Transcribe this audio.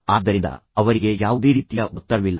ಆದ್ದರಿಂದ ಅವರಿಗೆ ಯಾವುದೇ ರೀತಿಯ ಒತ್ತಡವಿಲ್ಲ